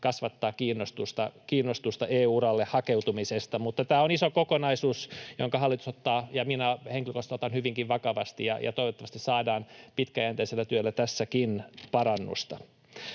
kasvattaa kiinnostusta EU-uralle hakeutumisesta. Mutta tämä on iso kokonaisuus, jonka hallitus ottaa ja minä henkilökohtaisesti otan hyvinkin vakavasti. Toivottavasti saadaan pitkäjänteisellä työllä tässäkin parannusta.